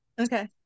Okay